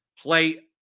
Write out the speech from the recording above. play